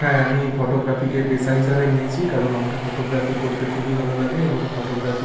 হ্যাঁ আমি ফটোগ্রাফিকে পেশা হিসাবে নিয়েছি কারণ আমাকে ফটোগ্রাফি করতে খুবই ভালো লাগে এবং ফটোগ্রাফি